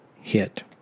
hit